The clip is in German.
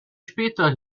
später